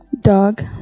Dog